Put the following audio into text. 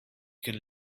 can